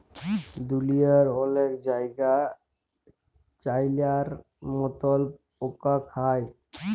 দুঁলিয়ার অলেক জায়গাই চাইলার মতল পকা খায়